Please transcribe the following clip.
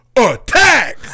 attack